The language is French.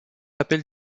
appel